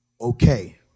Okay